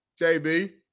JB